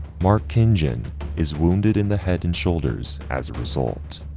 mark kintgen is wounded in the head and shoulders as a result.